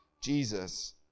Jesus